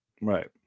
Right